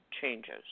changes